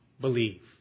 believe